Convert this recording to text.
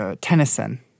Tennyson